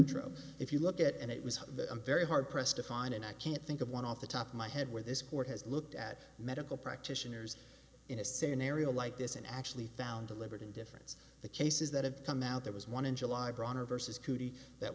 dry if you look at and it was very hard pressed to find and i can't think of one off the top of my head where this court has looked at medical practitioners in a scenario like this and actually found deliberate indifference the cases that have come out there was one in july bronner versus